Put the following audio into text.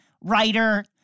writer